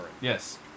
Yes